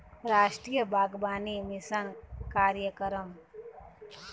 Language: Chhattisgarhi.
रास्टीय बागबानी मिसन कार्यकरम